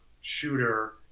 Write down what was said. shooter